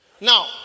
Now